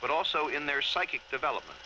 but also in their psychic development